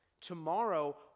Tomorrow